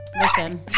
Listen